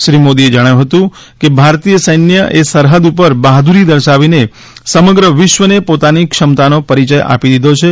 શ્રી મોદીએ જણાવ્યું હતું કે ભારતીય સૈન્યએ સરહદ ઉપર બહાદુરી દર્શાવીને સમગ્ર વિશ્વને પોતાની ક્ષમતાનો પરિચય આપી દીધો છે